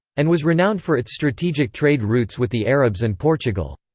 and was renowned for its strategic trade routes with the arabs and portugal.